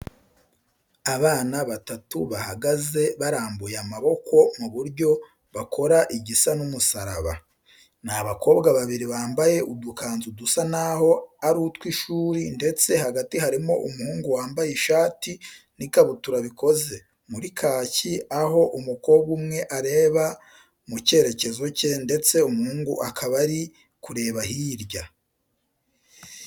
Abana batatu bahagaze barambuye amaboko mu buryo bakora igisa n'umusaraba. Ni abakobwa babiri bambaye udukanzu dusa n'aho ari utw'ishuri ndetse hagati harimo umuhungu wambaye ishati n'ikabutura bikoze muri kaki aho umukobwa umwe areba mu kerekezo cye ndetse umuhungu akaba ari kureba hirya.